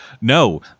No